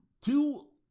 two